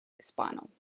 spinal